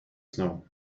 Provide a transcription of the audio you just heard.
snow